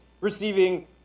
receiving